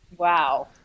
Wow